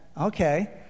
Okay